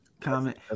comment